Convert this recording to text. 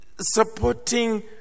supporting